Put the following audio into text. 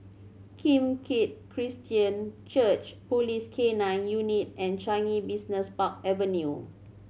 Kim Keat Christian Church Police K Nine Unit and Changi Business Park Avenue